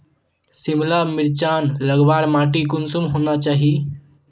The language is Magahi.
सिमला मिर्चान लगवार माटी कुंसम होना चही?